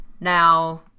now